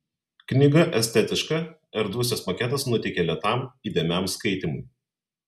knyga estetiška erdvus jos maketas nuteikia lėtam įdėmiam skaitymui